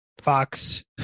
Fox